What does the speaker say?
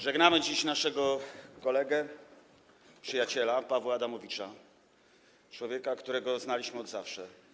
Żegnamy dziś naszego kolegę, przyjaciela - Pawła Adamowicza, człowieka, którego znaliśmy od zawsze.